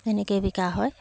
তেনেকৈয়ে বিকা হয়